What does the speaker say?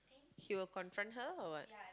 he will confront her or what